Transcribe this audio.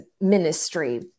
ministry